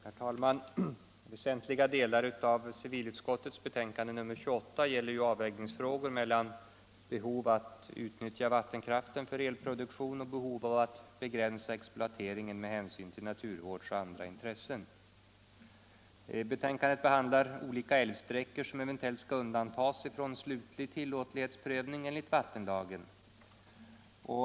Herr talman! Väsentliga delar av civilutskottets betänkande nr 28 gäller avvägningsfrågor mellan behovet av att utnyttja vattenkraften för elproduktion och behovet av att begränsa exploateringen med hänsyn till naturvårdsoch andra intressen. Betänkandet behandlar olika älvsträckor som eventuellt skall undantas från slutlig tillåtlighetsprövning enligt vattenlagen.